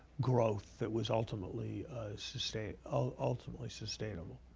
growth that was ultimately sustained ah ultimately sustainable.